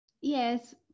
yes